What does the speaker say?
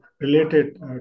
related